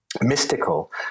mystical